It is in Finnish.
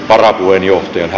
herr talman